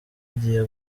agiye